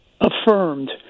Affirmed